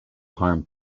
harm